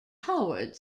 howard